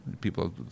people